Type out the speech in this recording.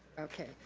okay.